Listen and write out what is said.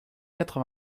quatre